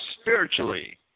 spiritually